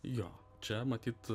jo čia matyt